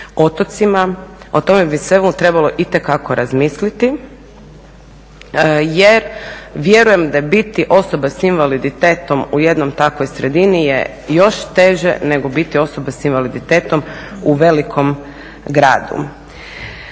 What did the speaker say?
otocima, o tome bi svemu trebalo itekako razmisliti jer vjerujem da je biti osoba sa invaliditetom u jednoj takvoj sredini je još teže nego biti osoba sa invaliditetom u velikom gradu.